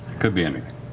could be anything.